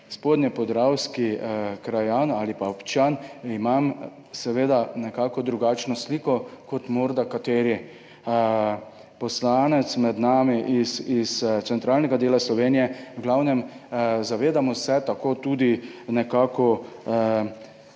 spodnjepodravski krajan ali občan imam seveda drugačno sliko kot morda kateri poslanec med nami iz centralnega dela Slovenije. V glavnem, zavedamo se, tako tudi